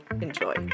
enjoy